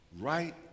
Right